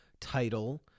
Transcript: title